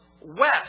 west